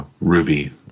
Ruby